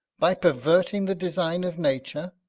by perverting the design of nature!